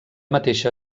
mateixa